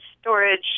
storage